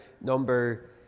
number